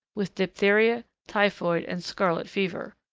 with diphtheria, typhoid and scarlet fever.